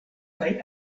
kaj